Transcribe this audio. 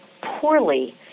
poorly